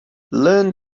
learn